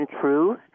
true